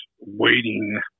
waiting